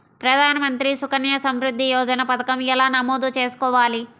ప్రధాన మంత్రి సుకన్య సంవృద్ధి యోజన పథకం ఎలా నమోదు చేసుకోవాలీ?